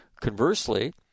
conversely